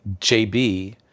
JB